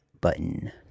button